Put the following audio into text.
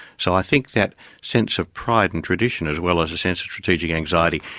so i think that sense of pride and tradition, as well as a sense of strategic anxiety,